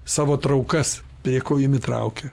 savo traukas prie ko jumi traukia